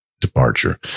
departure